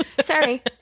Sorry